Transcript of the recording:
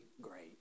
great